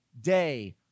day